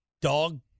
dog